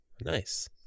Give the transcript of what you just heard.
Nice